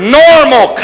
normal